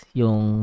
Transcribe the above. yung